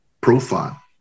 profile